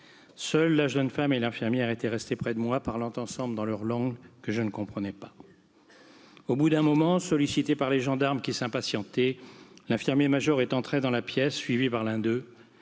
seules la jeune femme et l'infirmière étaient restées près de moi parlant ensemble dans leur langue que je ne comprenais pas au bout d'un moment sollicité par les gendarmes qui s'impatientaient l'infirmier major est entré dans la pièce suivi par l'un d'eux